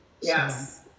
Yes